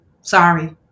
Sorry